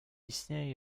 istnieje